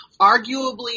arguably